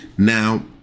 Now